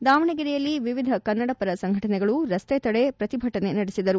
ದಾವಣಗೆರೆಯಲ್ಲಿ ವಿವಿಧ ಕನ್ನಡಪರ ಸಂಘಟನೆಗಳು ರಸ್ತೆ ತಡೆ ಪ್ರತಿಭಟನೆ ನಡೆಸಿದರು